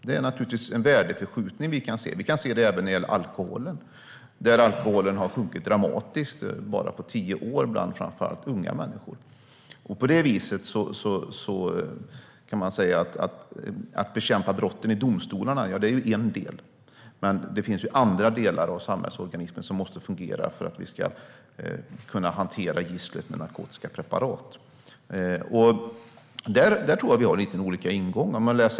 Det är en värdeförskjutning vi kan se. Det kan vi se även när det gäller alkoholen. Förtäringen av alkohol har sjunkit dramatiskt på bara tio år, framför allt bland unga. På det viset kan man säga att det är en del att bekämpa brotten i domstolarna. Men det finns andra delar av samhällsorganismen som måste fungera för att vi ska kunna hantera gisslet med narkotiska preparat. Jag tror att vi har lite olika ingångar där.